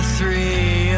three